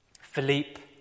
Philippe